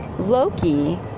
Loki